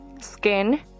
skin